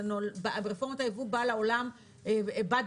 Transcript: שרפורמת הייבוא באה לעולם ביחד,